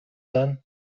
then